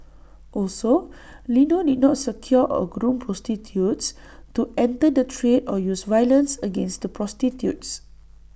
also Lino did not secure or groom prostitutes to enter the trade or use violence against the prostitutes